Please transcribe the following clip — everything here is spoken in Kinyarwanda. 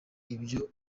ibyo